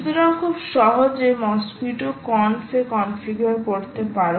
সুতরাং খুব সহজে মসকুইটোকনফ এ কনফিগার করতে পারো